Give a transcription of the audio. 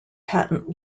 patent